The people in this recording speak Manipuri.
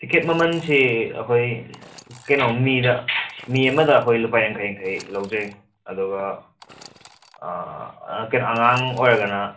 ꯇꯤꯀꯦꯠ ꯃꯃꯜꯁꯤ ꯑꯩꯈꯣꯏ ꯀꯩꯅꯣ ꯃꯤꯗ ꯃꯤ ꯑꯃꯗ ꯑꯩꯈꯣꯏ ꯂꯨꯄꯥ ꯌꯥꯡꯈꯩ ꯌꯥꯡꯈꯩ ꯂꯧꯖꯩ ꯑꯗꯨꯒ ꯀꯩꯅꯣ ꯑꯉꯥꯡ ꯑꯣꯏꯔꯒꯅ